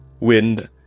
wind